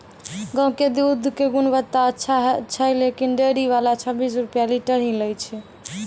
गांव के दूध के गुणवत्ता अच्छा छै लेकिन डेयरी वाला छब्बीस रुपिया लीटर ही लेय छै?